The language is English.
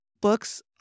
books